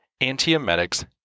antiemetics